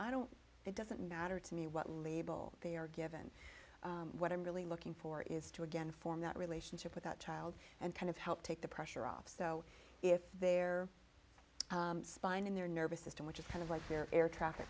i don't it doesn't matter to me what label they are given what i'm really looking for is to again form that relationship with that child and kind of help take the pressure off so if their spine and their nervous system which is kind of like their air traffic